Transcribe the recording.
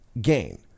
gain